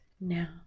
now